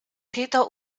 peter